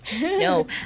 No